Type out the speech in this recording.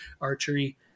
Archery